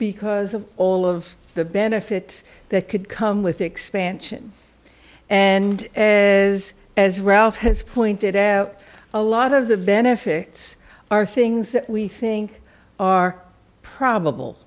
because of all of the benefits that could come with expansion and as as ralph has pointed out a lot of the benefits are things that we think are probable